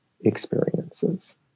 experiences